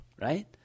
right